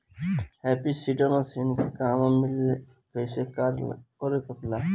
Happy seeder machine के कहवा मिली कैसे कार कर ला?